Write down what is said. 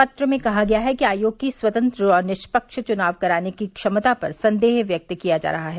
पत्र में कहा गया है कि आयोग की स्वतंत्र और निष्पक्ष च्नाव कराने की क्षमता पर संदेह व्यक्त किया जा रहा है